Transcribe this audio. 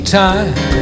time